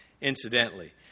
incidentally